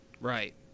Right